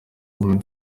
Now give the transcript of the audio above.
women